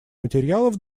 материалов